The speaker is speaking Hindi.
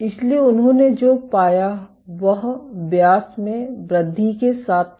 इसलिए उन्होंने जो पाया वह व्यास में वृद्धि के साथ था